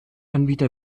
anbieter